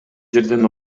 жерден